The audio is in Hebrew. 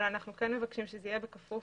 אבל אנחנו כן מבקשים שזה יהיה בכפוף